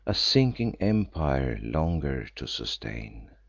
a sinking empire longer to sustain,